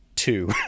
two